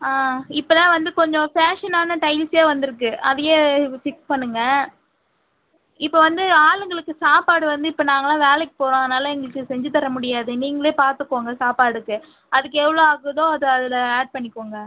ஆ இப்போ தான் வந்து கொஞ்சம் ஃபேஷனான டைல்ஸே வந்துருக்கு அதுயே ஃபிக்ஸ் பண்ணுங்கள் இப்போ வந்து ஆளுங்களுக்கு சாப்பாடு வந்து இப்போ நாங்களாம் வேலைக்கு போகிறோம் அதனால் எங்களுக்கு இது செஞ்சித் தர முடியாது நீங்களே பார்த்துக்கோங்க சாப்பாடுக்கு அதுக்கு எவ்வளோ ஆகுதோ அது அதில ஆட் பண்ணிக்கோங்க